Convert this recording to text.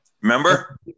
remember